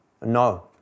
No